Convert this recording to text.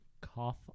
cough